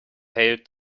hailed